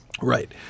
Right